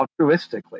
altruistically